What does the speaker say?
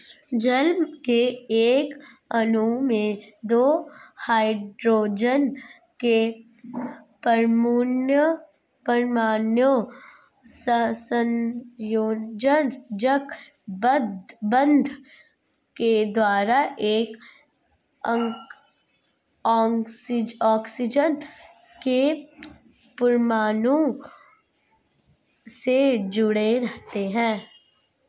जल के एक अणु में दो हाइड्रोजन के परमाणु सहसंयोजक बंध के द्वारा एक ऑक्सीजन के परमाणु से जुडे़ रहते हैं